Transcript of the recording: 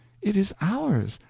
it is ours,